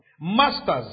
Masters